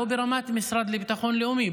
לא ברמת המשרד לביטחון לאומי,